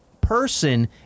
person